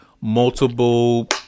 multiple